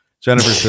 Jennifer